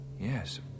yes